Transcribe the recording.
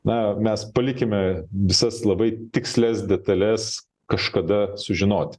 na mes palikime visas labai tikslias detales kažkada sužinoti